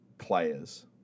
players